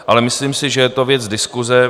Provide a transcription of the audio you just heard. Ale myslím si, že je to věc diskuse.